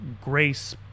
grace